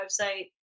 website